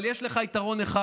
אבל יש לך יתרון אחד.